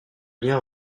lien